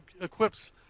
equips